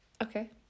Okay